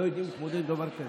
לא יודעים להתמודד עם דבר כזה.